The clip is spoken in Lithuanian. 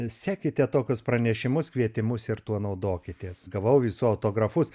sekite tokius pranešimus kvietimus ir tuo naudokitės gavau visų autografus